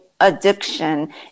addiction